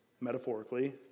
metaphorically